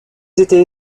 étaient